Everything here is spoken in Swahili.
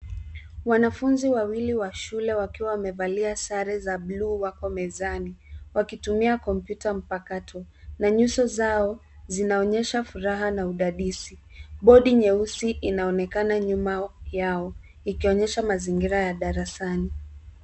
Wanafunzi wawili wa shule wakiwa wamealia sare za buluu wako mezani wakitumia kompyuta mpakato. Manyuso zao zinaonyesha furaha na udadisi. Bodi nyeusi inaonekana nyuma yao ikionyesha mazingira ya darasani.